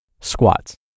Squats